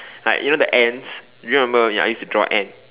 like you know the ants do you remember ya I used to draw Ant